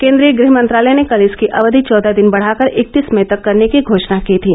केन्द्रीय गृह मंत्रालय ने कल इसकी अवधि चौदह दिन बढ़ाकर इकत्तीस मई तक करने की घोषणा की थी